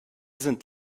sind